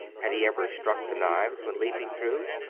had he ever struck the knives when leaping through?